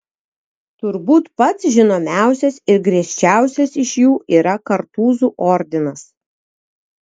turbūt pats žinomiausias ir griežčiausias iš jų yra kartūzų ordinas